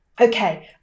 Okay